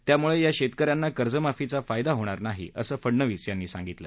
त्यामुळे या शेतकऱ्यांना कर्जमाफीचा फायदा होणार नाही असं फडनवीस यांनी सांगितलं